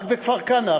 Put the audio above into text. רק בכפר-כנא,